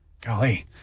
Golly